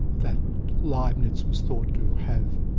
that leibnitz was thought to have,